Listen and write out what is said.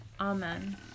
Amen